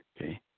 okay